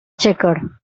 checker